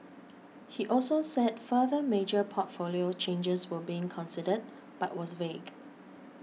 he also said further major portfolio changes were being considered but was vague